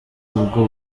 ubwo